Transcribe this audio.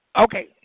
Okay